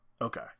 Okay